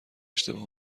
اشتباه